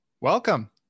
Welcome